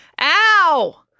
Ow